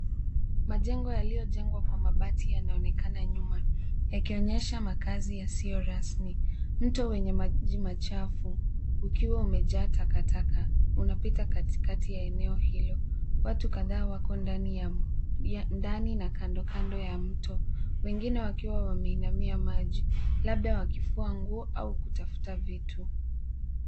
Majengo yaliyojengwa kwa mabati yanaonekana nyuma yakionyesha makazi yasiyo rasmi. Mto wenye maji machafu ukiwa umejaa takataka unapita katikati ya eneo hilo. Watu kadhaa wako ndani na kando kando ya mto wengine wakiwa wameinamia maji, labda wakifua nguo au kutafuta vitu.